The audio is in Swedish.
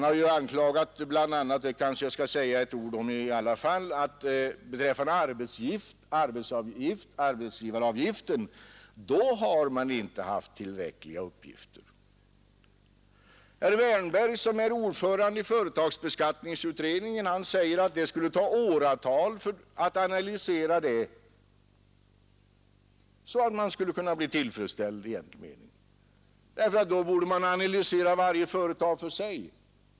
Jag skall kanske också säga några ord med anledning av anklagelserna för bristande underlag beträffande arbetsgivaravgiften. Herr Wärnberg, som är ordförande i företagsbeskattningsutredningen, säger att det egentligen skulle ta åratal att analysera denna fråga på ett tillfredsställande sätt. I så fall borde man nämligen analysera varje företag för sig.